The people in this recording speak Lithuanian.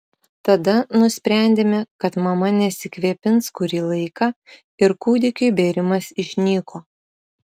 tada nusprendėme kad mama nesikvėpins kurį laiką ir kūdikiui bėrimas išnyko